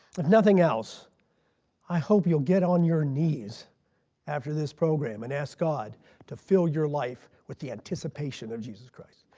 if nothing else i hope you will get on your knees after this program and ask god to fill your life with the anticipation of jesus christ.